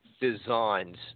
designs